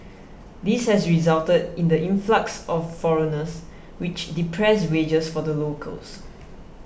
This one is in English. this has resulted in the influx of foreigners which depressed wages for the locals